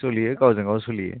सोलियो गावजों गाव सोलियो